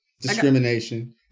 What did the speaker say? Discrimination